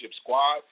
squad